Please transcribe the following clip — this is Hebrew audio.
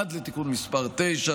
עד לתיקון מס' 9,